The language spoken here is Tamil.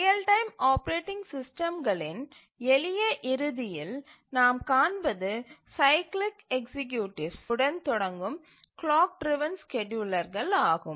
ரியல் டைம் ஆப்பரேட்டிங் சிஸ்டம்களின் எளிய இறுதியில் நாம் காண்பது சைக்கிளிக் எக்சீக்யூட்டிவ்ஸ் உடன் தொடங்கும் கிளாக் டிரவன் ஸ்கேட்யூலர்கள் ஆகும்